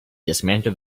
dismantled